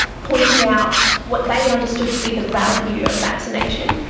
pointing out what they understood to be the value of vaccination,